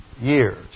years